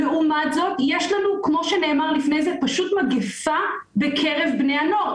לעומת מגפה בקרב בני הנוער.